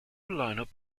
lineup